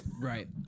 right